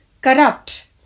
corrupt